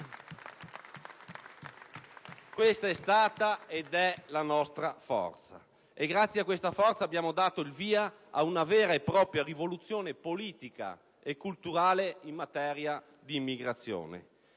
Questa è stata, ed è, la nostra forza. Grazie a questa forza abbiamo dato il via ad una vera e propria rivoluzione politica e culturale in materia di immigrazione.